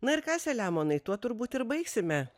na ir ką selemonai tuo turbūt ir baigsime